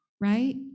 right